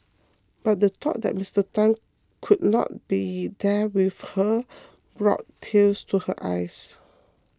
but the thought that Mister Tan could not be there with her brought tears to her eyes